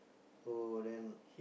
so then